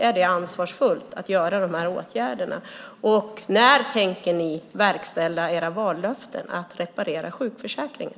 Är det ansvarsfullt att vidta de här åtgärderna? Och när tänker ni verkställa era vallöften att reparera sjukförsäkringen?